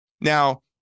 Now